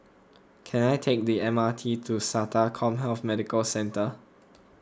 can I take the M R T to Sata CommHealth Medical Centre